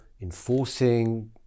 enforcing